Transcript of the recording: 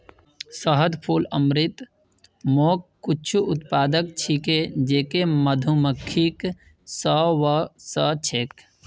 शहद, फूल अमृत, मोम कुछू उत्पाद छूके जेको मधुमक्खि स व स छेक